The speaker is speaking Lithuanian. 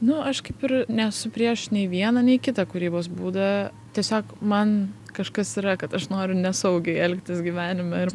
nu aš kaip ir nesu prieš nei vieną nei kitą kūrybos būdą tiesiog man kažkas yra kad aš noriu nesaugiai elgtis gyvenime ir